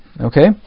okay